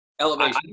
elevation